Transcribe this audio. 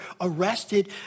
arrested